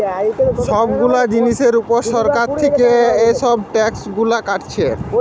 সব গুলা জিনিসের উপর সরকার থিকে এসব ট্যাক্স গুলা কাটছে